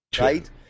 right